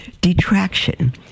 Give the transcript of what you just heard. detraction